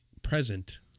present